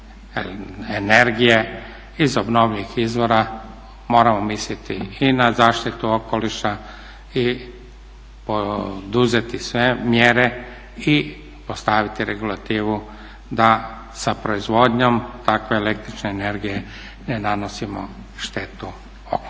energije iz obnovljivih izbora moramo misliti i na zaštitu okoliša i poduzeti sve mjere i postaviti regulativu da sa proizvodnjom takve električne energije ne nanosimo štetu okolišu.